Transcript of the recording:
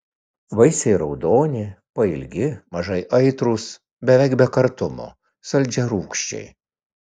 vaisiai raudoni pailgi mažai aitrūs beveik be kartumo saldžiarūgščiai